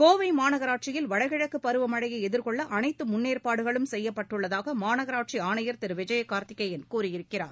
கோவை மாநகராட்சியில் வடகிழக்குப் பருவமழையை எதிர்கொள்ள அனைத்து முன்னேற்பாடுகளும் செய்யப்பட்டுள்ளதாக மாநகராட்சி ஆணையர் திரு விஜய கார்த்திகேயன் கூறியிருக்கிறார்